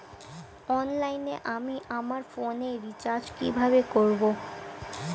অনলাইনে আমি আমার ফোনে রিচার্জ কিভাবে করব?